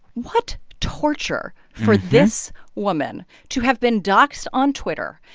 what torture for this woman to have been doxed on twitter,